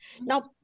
Now